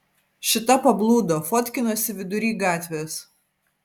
šita pablūdo fotkinasi vidury gatvės